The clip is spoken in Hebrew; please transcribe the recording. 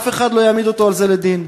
אף אחד לא יעמיד אותו על זה לדין.